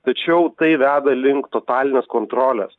tačiau tai veda link totalinės kontrolės